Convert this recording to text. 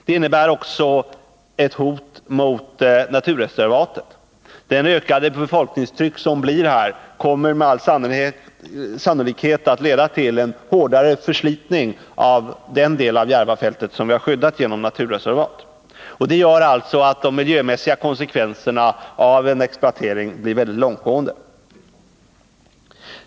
Det innebär också ett hot mot naturreservatet. Det ökade befolkningstrycket kommer med all sannolikhet att leda till en hårdare förslitning av den del av Järvafältet som vi har skyddat genom naturreservat. Detta gör alltså att de miljömässiga konsekvenserna av en exploatering blir långtgående.